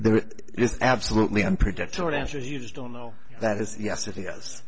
there is absolutely unpredictable and you just don't know that is yes it is